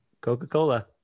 coca-cola